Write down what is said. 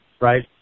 right